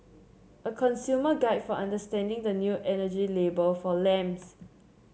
a consumer guide for understanding the new energy label for lamps